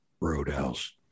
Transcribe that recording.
roadhouse